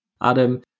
Adam